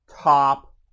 top